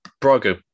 Braga